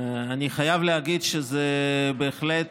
אני חייב להגיד שזה בהחלט